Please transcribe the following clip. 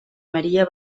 maria